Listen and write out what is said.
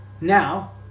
now